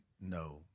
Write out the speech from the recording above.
no